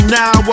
now